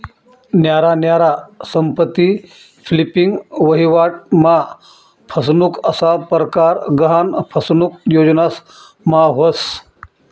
न्यारा न्यारा संपत्ती फ्लिपिंग, वहिवाट मा फसनुक असा परकार गहान फसनुक योजनास मा व्हस